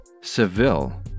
Seville